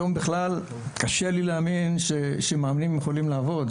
היום בכלל קשה לי להאמין שמאמנים יכולים לעבוד.